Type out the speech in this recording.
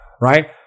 right